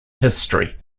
history